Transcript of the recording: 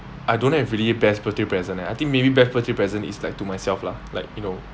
I don't have really best birthday present leh I think maybe best birthday present is like to myself lah like you know